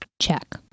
check